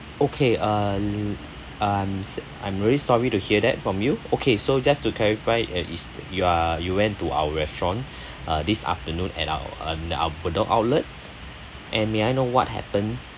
okay uh I'm s~ I'm really sorry to hear that from you okay so just to clarify uh is you are you went to our restaurant uh this afternoon at our uh our bedok outlet and may I know what happen